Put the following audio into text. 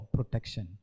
Protection